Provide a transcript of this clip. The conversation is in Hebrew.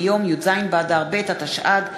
מיום י"ז באדר ב' התשע"ד,